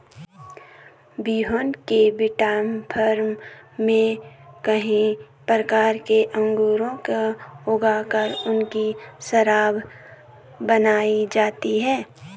Vienna के विटीफार्म में कई प्रकार के अंगूरों को ऊगा कर उनकी शराब बनाई जाती है